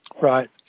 Right